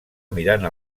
mirant